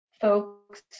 folks